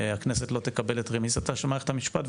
הכנסת לא תקבל את רמיסתה של מערכת המשפט,